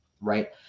right